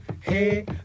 hey